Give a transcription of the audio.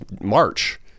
March